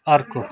अर्को